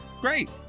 great